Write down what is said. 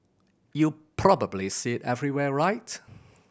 you probably see everywhere right